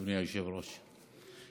אדוני היושב-ראש,